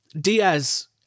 Diaz